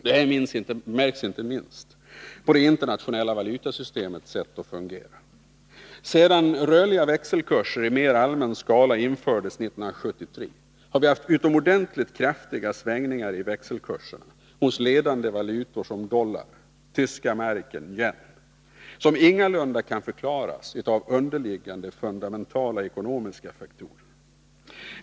Detta märks inte minst på det internationella valutasystemets sätt att fungera. Sedan rörliga växelkurser i mer allmän skala infördes 1973 har vi haft utomordentligt kraftiga svängningar i växelkurserna hos ledande valutor som dollar, tyska mark och yen, som ingalunda kan förklaras av underliggande fundamentala ekonomiska faktorer.